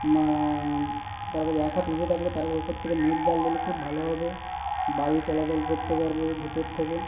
তারপরে এক হাত উঁচো ডাকলে তারপর ওপর থেকে নেট জাল দিলে খুব ভালো হবে বায়ু চলাচল করতে পারবে ভিতর থেকে